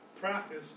practice